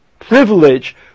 privilege